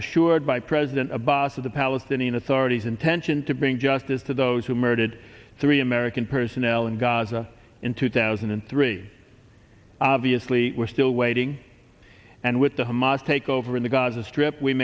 assured by president abbas of the palestinian authority's intention to bring justice to those who murdered three american personnel in gaza in two thousand and three obviously we're still waiting and with the hamas takeover in the gaza strip we